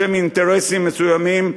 בשם אינטרסים מסוימים,